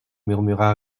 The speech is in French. murmura